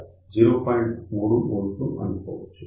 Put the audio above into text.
3 V అనుకోవచ్చు